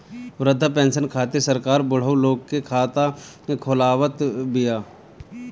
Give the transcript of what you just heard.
वृद्धा पेंसन खातिर सरकार बुढ़उ लोग के खाता खोलवावत बिया